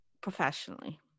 Professionally